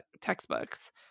textbooks